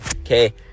okay